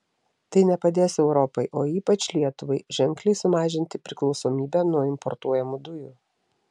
tai nepadės europai o ypač lietuvai ženkliai sumažinti priklausomybę nuo importuojamų dujų